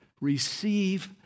Receive